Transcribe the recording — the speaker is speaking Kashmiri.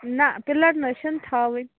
نہ پِلر نہ حظ چھِنہٕ تھاوٕنۍ